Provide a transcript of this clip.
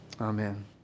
Amen